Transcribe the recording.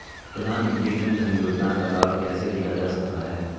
प्रधानमंत्री जनधन योजना का लाभ कैसे लिया जा सकता है?